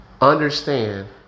understand